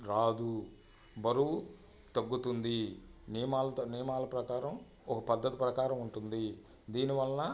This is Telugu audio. రాదు బరువు తగ్గుతుంది నియమాల నియమాల ప్రకారం ఒక పద్దతి ప్రకారం ఉంటుంది దీని వలన